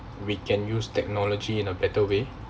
we can use technology in a better way